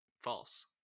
false